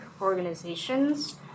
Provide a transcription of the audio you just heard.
organizations